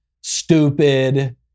stupid